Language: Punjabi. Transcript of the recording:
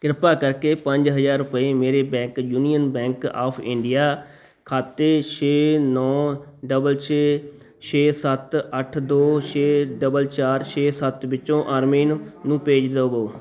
ਕ੍ਰਿਪਾ ਕਰਕੇ ਪੰਜ ਹਜ਼ਾਰ ਰੁਪਏ ਮੇਰੇ bank Union Bank of India ਖਾਤੇ ਛੇ ਨੌ ਡਬਲ ਛੇ ਛੇ ਸੱਤ ਅੱਠ ਦੋ ਛੇ ਡਬਲ ਚਾਰ ਛੇ ਸੱਤ ਵਿੱਚੋਂ ਅਰਮਿਨ ਨੂੰ ਭੇਜ ਦੇਵੋ